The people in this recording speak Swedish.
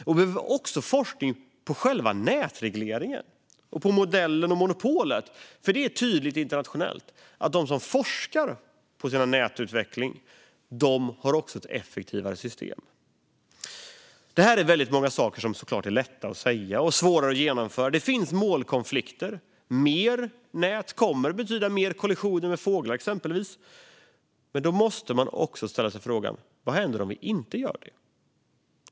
Vi behöver också forskning på själva nätregleringen och på modellen och monopolet, för vi kan se tydligt internationellt att de som forskar på sin nätutveckling också har ett effektivare system. Det här är väldigt många saker som såklart är lätta att säga men svårare att genomföra. Det finns målkonflikter. Mer nät kommer exempelvis att betyda fler kollisioner med fåglar. Men då måste vi ställa oss frågan vad som händer om vi inte gör det.